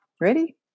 ready